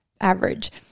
average